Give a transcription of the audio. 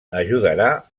ajudarà